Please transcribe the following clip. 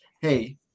hey